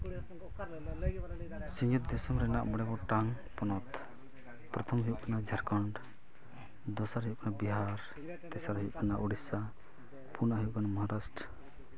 ᱥᱤᱧᱚᱛ ᱫᱤᱥᱚᱢ ᱨᱮᱱᱟᱜ ᱢᱚᱬᱮ ᱜᱚᱴᱟᱝ ᱯᱚᱱᱚᱛ ᱯᱨᱚᱛᱷᱟᱢ ᱦᱩᱭᱩᱜ ᱠᱟᱱᱟ ᱡᱷᱟᱲᱠᱷᱚᱸᱰ ᱫᱚᱥᱟᱨ ᱦᱩᱭᱩᱜ ᱠᱟᱱᱟ ᱵᱤᱦᱟᱨ ᱛᱮᱥᱟᱨ ᱦᱩᱭᱩᱜ ᱠᱟᱱᱟ ᱳᱰᱤᱥᱟ ᱯᱩᱱᱟᱜ ᱦᱩᱭᱩᱜ ᱠᱟᱱᱟ ᱢᱚᱦᱟᱨᱟᱥᱴ